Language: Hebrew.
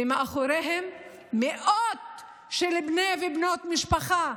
ומאחוריהם מאות של בני ובנות משפחה,